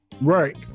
right